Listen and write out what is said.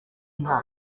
nta